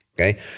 okay